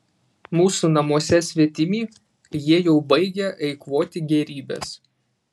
mūsų namuose svetimi jie jau baigia eikvoti gėrybes